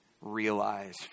realize